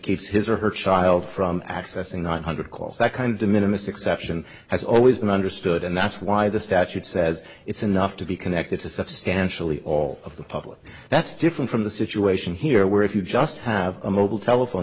keeps his or her child from accessing one hundred calls that kind of minimize exception has always been understood and that's why the statute says it's enough to be connected to substantially all of the public that's different from the situation here where if you just have a mobile telephone